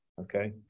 Okay